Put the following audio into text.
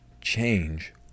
change